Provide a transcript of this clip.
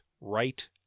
right